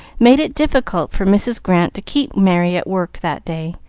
made it difficult for mrs. grant to keep merry at work that day,